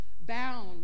bound